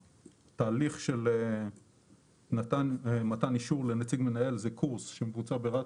התהליך של מתן אישור לנציג מנהל זה קורס שמבוצע ברת"א,